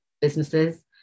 businesses